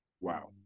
Wow